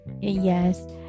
Yes